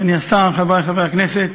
אדוני השר, חברי חברי הכנסת,